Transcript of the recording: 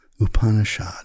Upanishad